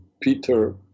Peter